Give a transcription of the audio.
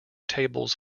tables